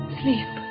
sleep